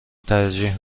ترجیح